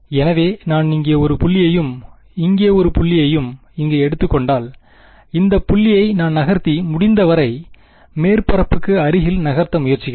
எனவே நான் இங்கே ஒரு புள்ளியையும் இங்கே ஒரு புள்ளியையும் இங்கு எடுத்துக்கொண்டால்இந்தப்புள்ளியை நான் நகர்த்தி முடிந்தவரை மேற்பரப்புக்கு அருகில் நகர்த்த முயற்சிக்கிறேன்